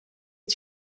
est